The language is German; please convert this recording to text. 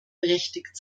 berechtigt